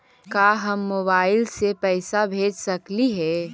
का हम मोबाईल से पैसा भेज सकली हे?